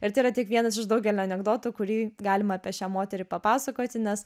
ir tai yra tik vienas iš daugelio anekdotų kurį galima apie šią moterį papasakoti nes